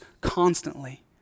constantly